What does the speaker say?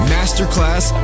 Masterclass